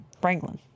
Franklin